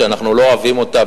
שאנחנו לא אוהבים אותה,